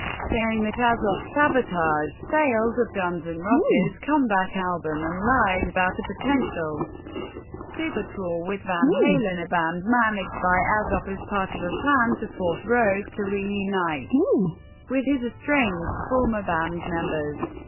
saying that azoff sabotaged sales of guns n' and roses' comeback album and lied about a potential super tour with van halen, a band managed by azoff, as part of a plan to force rose to reunite with his estranged former band members.